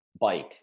bike